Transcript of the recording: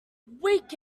wake